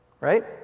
Right